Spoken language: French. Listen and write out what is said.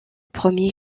premier